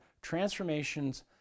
transformations